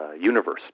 universe